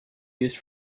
used